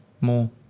more